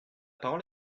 parole